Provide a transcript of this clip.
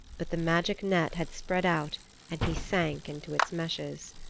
but the magic net had spread out and he sank into its meshes.